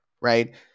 right